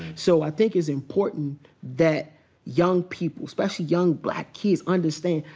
so i think it's important that young people, especially young black kids, understand,